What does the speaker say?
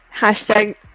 Hashtag